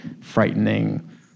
frightening